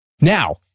Now